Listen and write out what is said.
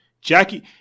Jackie